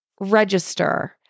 register